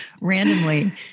randomly